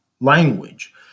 language